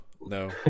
No